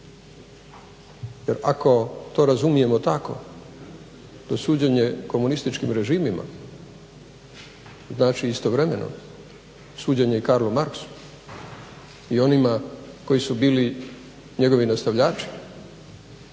Jer ako to razumijemo tako to suđenje komunističkim režimima znači istovremeno suđenje i Karlu Marxu i onima koji su bili njegovi nastavljači